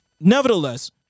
nevertheless